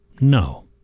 No